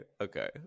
Okay